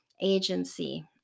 agency